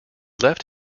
left